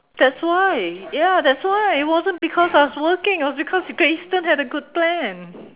that's why ya that's why it wasn't because I was working it was because Great Eastern had a good plan